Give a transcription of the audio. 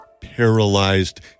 paralyzed